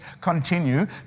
continue